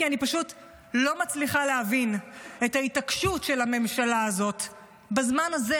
כי אני פשוט לא מצליחה להבין את ההתעקשות של הממשלה הזאת בזמן הזה,